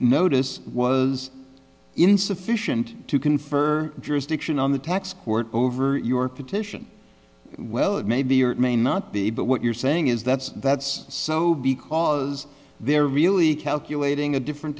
notice was insufficient to confer jurisdiction on the tax court over your petition well it may be or it may not be but what you're saying is that's that's so because there really calculating a different